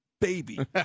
Baby